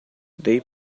they